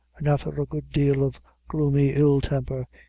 and after a good deal of gloomy ill temper,